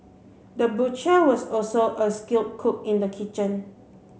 the butcher was also a skilled cook in the kitchen